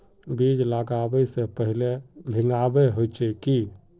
बीज लागबे से पहले भींगावे होचे की?